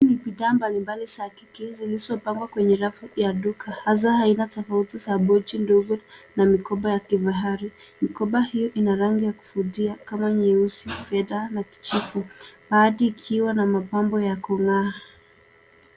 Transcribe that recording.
Hii ni bidhaa mbalimbali za kike zilizopangwa kwenye rafu ya duka hasa aina tofauti za boti ndogo na mikoba ya kifahari. Mikoba hiyo ina rangi ya kuvutia kama nyeusi na kijivu baadhi ikiwa na mapambo ya kung'aa.